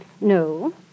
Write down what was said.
No